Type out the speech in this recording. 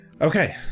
okay